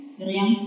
rien